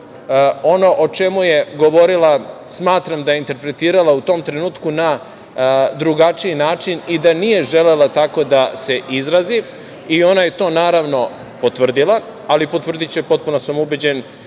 ono o čemu je govorila smatram da je interpretirala u tom trenutku na drugačiji način i da nije želela tako da se izrazi i ona je to naravno potvrdila, ali potvrdiće, potpuno sam ubeđen,